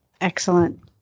excellent